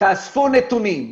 תאספו נתונים,